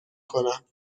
کنم